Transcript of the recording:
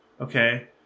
Okay